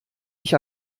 ich